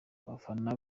abafana